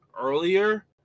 earlier